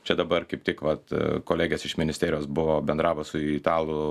čia dabar kaip tik vat kolegės iš ministerijos buvo bendravo su italų